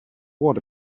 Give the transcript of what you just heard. what